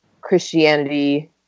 Christianity